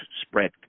spread